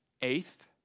Eighth